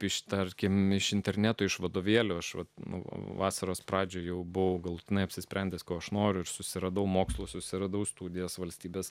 ištarkime iš interneto iš vadovėlio aš vat buvo vasaros pradžia jau buvau galutinai apsisprendęs ko aš noriu ir susiradau mokslus susiradau studijas valstybės